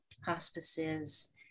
hospices